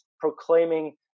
proclaiming